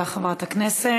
תודה רבה, חברת הכנסת.